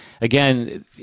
again